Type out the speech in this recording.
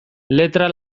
letra